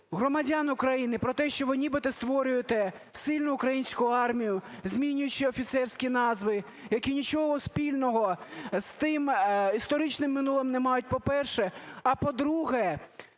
громадян України про те, що ви нібито створюєте сильну українську армію, змінюючи офіцерські назви, які нічого спільного з тим історичним минулим не мають, по-перше. А, по-друге,